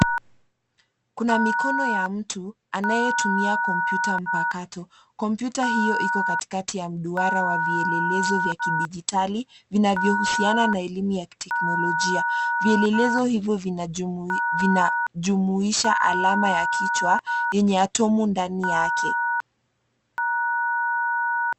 Kuna mikono ya mtu anayetumia komputa mpakato. Komputa hiyo iko katikati ya mduara wa vielelezo vya kidijitali vinavyo husiana na elimu ya kiteknolojia. Vielelezo hivyo vinajumuisha alama ya kichwa yenye atom ndani yake.